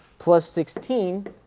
plus sixteen,